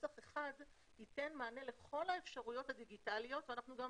שנוסח אחד ייתן מענה לכל האפשרויות הדיגיטליות ואנחנו גם